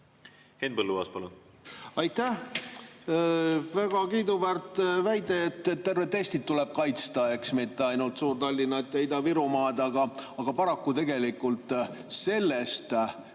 Henn Põlluaas, palun! Aitäh! Väga kiiduväärt väide, et tervet Eestit tuleb kaitsta, eks, mitte ainult Suur-Tallinna ja Ida-Virumaad. Aga paraku sellest,